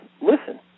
listen